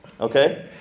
Okay